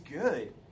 good